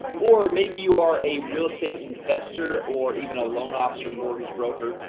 or maybe you are a real estate investor, or even a loan officer, mortgage broker.